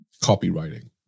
copywriting